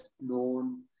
known